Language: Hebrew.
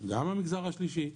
גם המגזר השלישי,